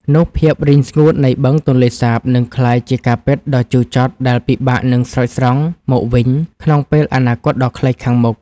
នោះភាពរីងស្ងួតនៃបឹងទន្លេសាបនឹងក្លាយជាការពិតដ៏ជូរចត់ដែលពិបាកនឹងស្រោចស្រង់មកវិញក្នុងពេលអនាគតដ៏ខ្លីខាងមុខ។